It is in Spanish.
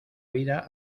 vida